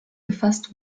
gefasst